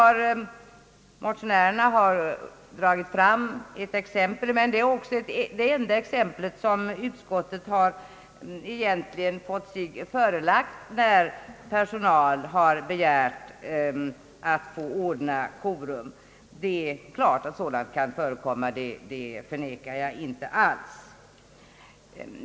Motionärerna har dragit fram ett exempel, men det är också det enda som utskottet egentligen har fått sig förelagt, på att personal har begärt att få anordna korum. Det är klart att sådant kan förekomma. Det förnekar jag inte alls.